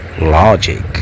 logic